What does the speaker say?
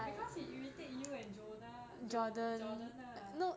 because he irritate you and jonah jor~ jordan lah